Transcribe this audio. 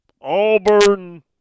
Auburn